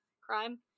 crime